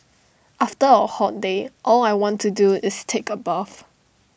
after A hot day all I want to do is take A bath